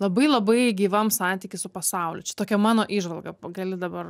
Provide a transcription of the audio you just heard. labai labai gyvam santyky su pasauliu čia tokia mano įžvalga gali dabar